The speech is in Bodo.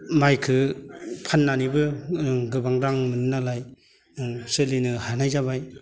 माइखौ फाननानैबो गोबा रां मोनो नालाय सोलिनो हानाय जाबाय